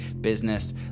business